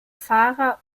fahrer